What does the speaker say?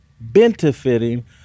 benefiting